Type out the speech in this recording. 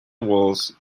walls